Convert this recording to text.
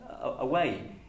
away